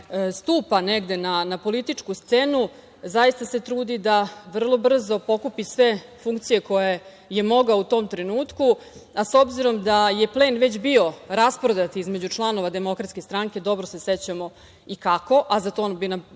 stupa negde na političku scenu zaista se trudi da vrlo brzo pokupi sve funkcije koje je mogao u tom trenutku, a s obzirom da je plen već bio rasprodat između članova DS, dobro se sećamo i kako, a za to bi nam